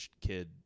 kid